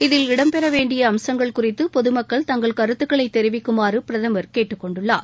இதில் இடம்பெற வேண்டிய அம்சங்கள் குறித்து பொதுமக்கள் தங்கள் கருததுக்களைத் தெரிவிக்குமாறு பிரதமர் கேட்டுக் கொண்டுள்ளார்